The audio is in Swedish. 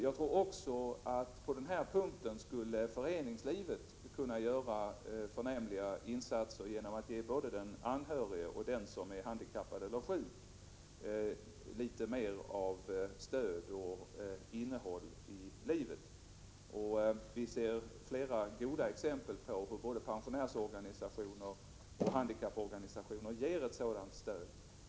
Jag tror dessutom att föreningslivet också på detta område skulle kunna göra förnämliga insatser genom att ge både den anhörige och den som är handikappad eller sjuk litet mera av stöd och av innehåll i livet. Vi ser flera goda exempel på hur både pensionärsoch handikapporganisationer ger ett sådant stöd.